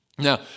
Now